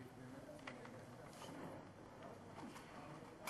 ובעניין הזה צריך לזכור שבצדק קובע משרד החוץ ואינו מאפשר